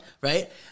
Right